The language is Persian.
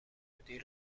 ورودی